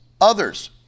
others